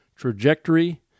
trajectory